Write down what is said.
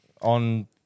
on